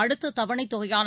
அடுத்த தவணைத் தொகையான